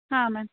ಹಾಂ ಮ್ಯಾಮ್